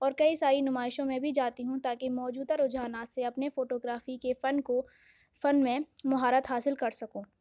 اور کئی ساری نمائشوں میں بھی جاتی ہوں تاکہ موجودہ رجحانات سے اپنے فوٹوگرافی کے فن کو فن میں مہارت حاصل کر سکوں